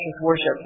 worship